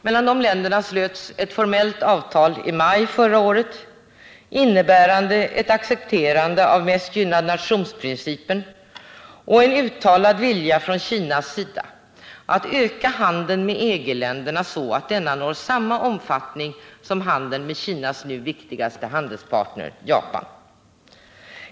Mellan dem slöts ett formellt avtal i maj förra året innebärande ett accepterande av principen om mest gynnad nation och en uttalad vilja från Kinas sida att öka handeln med EG länderna så att denna når samma omfattning som handeln med Kinas nu viktigaste handelspartner, Japan.